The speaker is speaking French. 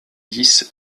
dix